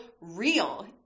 real